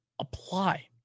apply